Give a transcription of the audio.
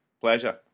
Pleasure